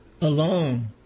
alone